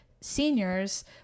seniors